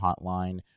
hotline